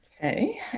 Okay